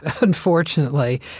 Unfortunately